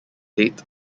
date